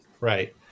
right